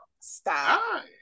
Stop